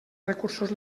recursos